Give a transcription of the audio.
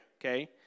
okay